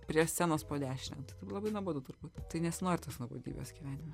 prie scenos po dešine tai taip labai nuobodu turbūt tai nesinori tos nuobodybės gyvenime